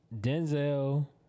denzel